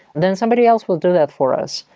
then somebody else will do that for us,